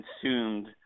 consumed